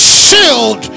shield